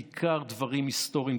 בעיקר דברים היסטוריים,